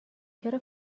چرا